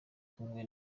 kumwe